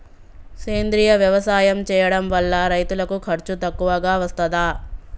సేంద్రీయ వ్యవసాయం చేయడం వల్ల రైతులకు ఖర్చు తక్కువగా వస్తదా?